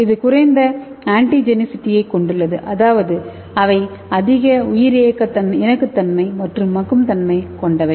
இது குறைந்த ஆன்டிஜெனிசிட்டியைக் கொண்டுள்ளது அதாவது அவை அதிக உயிரியக்க இணக்கத்தன்மை மற்றும் மக்கும் தன்மை கொண்டவை